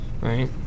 right